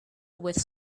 with